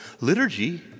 liturgy